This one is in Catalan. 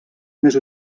més